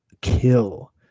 kill